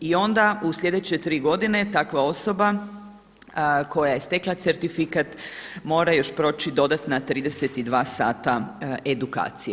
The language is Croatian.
I onda u sljedeće tri godine takva osoba koja je stekla certifikat mora još proći dodatna 32 sata edukacije.